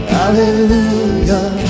hallelujah